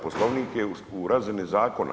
Poslovnik je u razini zakona.